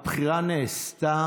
רק שנבין